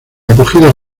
acogida